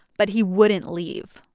but he wouldn't leave.